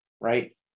right